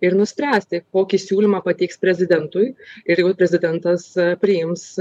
ir nuspręsti kokį siūlymą pateiks prezidentui ir jau prezidentas priims